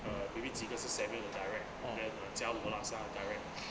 uh maybe 几个是 samuel 的 direct them uh 叫我老师他 direct